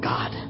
God